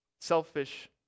selfish